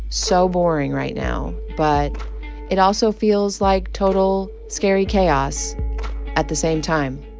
so boring right now, but it also feels like total scary chaos at the same time